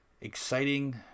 exciting